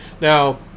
now